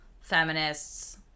feminists